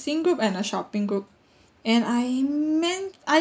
seeing group and a shopping group and I meant